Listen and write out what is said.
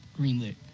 greenlit